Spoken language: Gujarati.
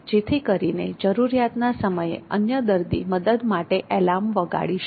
જેથી કરીને જરૂરિયાતના સમયે અન્ય દર્દી મદદ માટે એલાર્મ વગાડી શકે